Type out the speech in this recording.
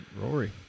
Rory